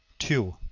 two.